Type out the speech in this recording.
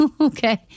Okay